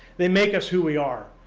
they make us who we are.